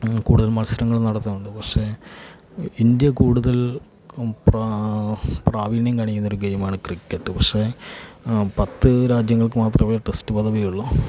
കൂടുതൽ മത്സരങ്ങൾ നടത്തുന്നുണ്ട് പക്ഷേ ഇന്ത്യ കൂടുതൽ പ്രാ പ്രാവീണ്യം കാണിക്കുന്നൊരു ഗെയിം ആണ് ക്രിക്കറ്റ് പക്ഷേ പത്ത് രാജ്യങ്ങൾക്ക് മാത്രമേ ടെസ്റ്റ് പദവി ഉള്ളൂ